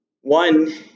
one